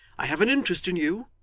i have an interest in you,